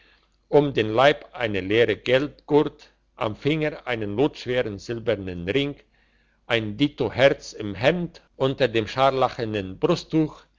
um den leib eine leere geldgurt am finger einen lotschweren silbernen ring ein dito herz im hemd unter dem scharlachenen brusttuch